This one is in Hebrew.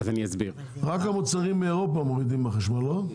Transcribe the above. רק המוצרים שהם מאירופה מורידים את החשמל, לא?